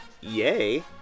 yay